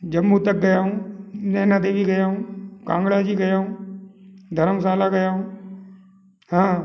जम्मू तक गया हूँ नैना देवी गया हूँ कांगड़ा जी गया हूँ धरमशाला गया हूँ हाँ